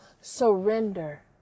Surrender